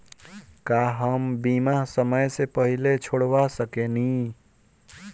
का हम बीमा समय से पहले छोड़वा सकेनी?